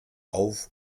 auf